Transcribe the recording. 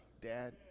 dad